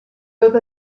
tot